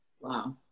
Wow